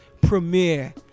Premiere